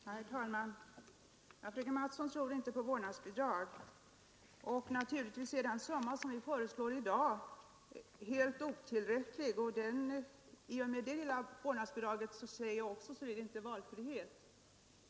Herr talman! Fröken Mattson tror inte på vårdnadsbidrag. Naturligtvis är den summa som vi föreslår i dag helt otillräcklig. I och med detta lilla vårdnadsbidrag erbjuder man ingen valfrihet — det sade jag också.